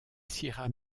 sierra